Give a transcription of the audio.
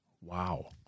Wow